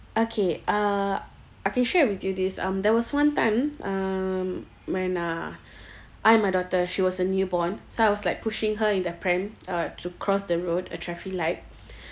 okay uh I can share with you this um there was one time um when uh I and my daughter she was a newborn so I was like pushing her in the pram uh to cross the road a traffic light